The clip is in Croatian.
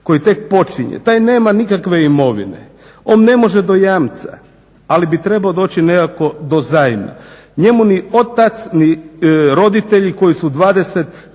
koji tek počinje taj nema nikakve imovine, on ne može do jamca ali bi trebao doći nekako do zajma. Njemu ni otac ni roditelji koji su 20,